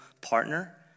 partner